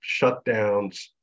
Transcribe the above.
shutdowns